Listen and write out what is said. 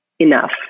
enough